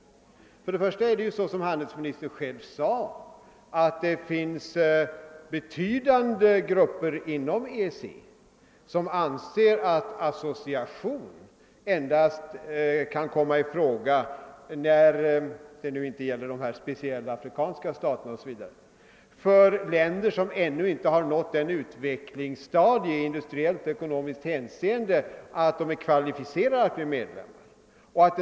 Först och främst finns det ju, som handelsministern själv sade, betydande grupper inom EEC som anser att association endast kan komma i fråga — när det nu inte gäller de speciella afrikanska staterna o.s.v. — för länder som ännu inte har nått ett sådant utvecklingsstadium i industriellt och ekonomiskt hänseende att de är kvalificerade att bli medlemmar.